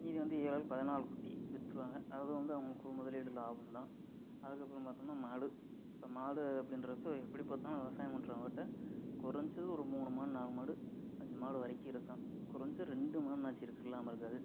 மீதி வந்து ஏழேழு பதினாலு குட்டி விற்றுடுவாங்க அது வந்து அவங்களுக்கு ஒரு முதலீடு லாபந்தான் அதுக்கப்பறம் பார்த்தோனா மாடு இப்போ மாடு அப்படின்றப்ப எப்படி பார்த்தாலும் விவசாயம் பண்றவங்ககிட்ட கொறைஞ்சது ஒரு மூணு மாடு நாலு மாடு அஞ்சு மாடு வரைக்கும் இருக்கும் கொறைஞ்சது ரெண்டு மாடுனாச்சும் இருக்கும் இல்லாமல் இருக்காது